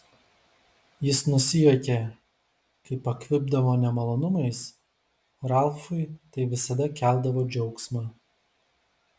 jis nusijuokė kai pakvipdavo nemalonumais ralfui tai visada keldavo džiaugsmą